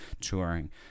touring